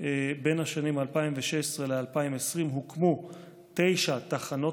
בין השנים 2016 ל-2020 הוקמו תשע תחנות